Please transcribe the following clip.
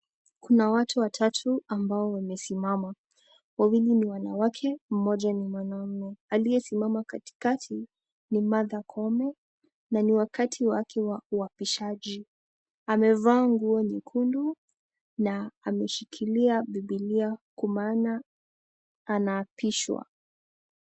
Kuna watu watatu ambao wamesimama. Wawili ni wanawake, mmoja ni mwanamume. Aliyesimama katikati ni Martha Koome na ni wakati wake wa uapishaji. Amevaa nguo nyekundu na ameshikilia Bibilia kwa maana anaapishwa.